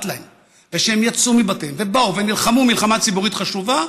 להם ושהם יצאו מבתיהם ובאו ונלחמו מלחמה ציבורית חשובה,